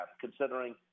considering